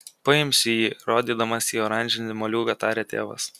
paimsiu jį rodydamas į oranžinį moliūgą tarė tėvas